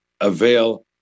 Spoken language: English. avail